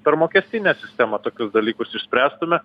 per mokestinę sistemą tokius dalykus išspręstume